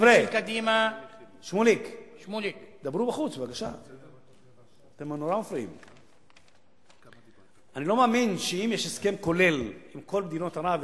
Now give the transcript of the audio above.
אני לא מאמין שאם יש הסכם כולל עם כל מדינות ערב,